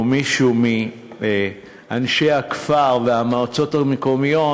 או מישהו מאנשי הכפר והמועצות המקומיות